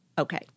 Okay